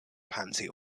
pansy